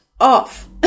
off